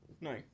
No